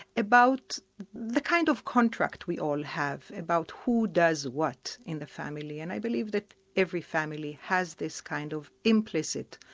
about the kind of contract we all have about who does what in the family, and i believe that every family has this kind of implicit,